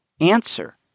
answer